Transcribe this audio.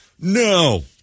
no